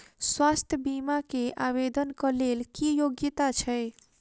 स्वास्थ्य बीमा केँ आवेदन कऽ लेल की योग्यता छै?